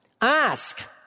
Ask